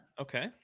Okay